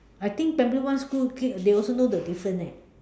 I think primary one school kid they also know the different eh